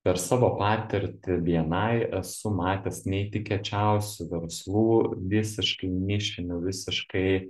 per savo patirtį bni esu matęs neįtikėčiausių verslų visiškai nišinių visiškai